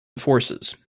forces